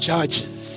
Judges